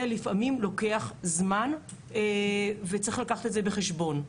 לפעמים לוקח זמן וצריך לקחת את זה בחשבון.